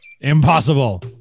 Impossible